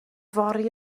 fory